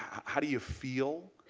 how how do you feel